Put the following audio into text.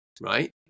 right